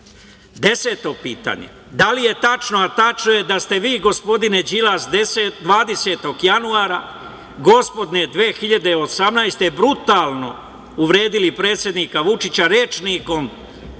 tome. Deseto pitanje – da li je tačno, a tačno je, da ste vi gospodine Đilas 20. januara 2018. godine brutalno uvredili predsednika Vučića rečnikom